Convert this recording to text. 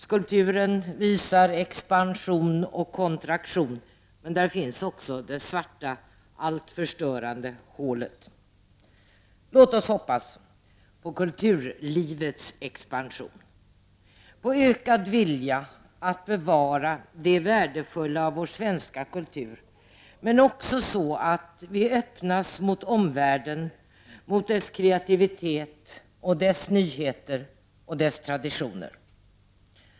Skulpturen visar expansion och kontraktion, men där finns också det svarta hålet — det allt förstörande. Låt oss hoppas på kulturlivets expansion och på ökad vilja att bevara det värdefulla i vår svenska kultur. Vi måste också öppnas mot omvärlden, mot dess kreativitet, nyheter och traditioner.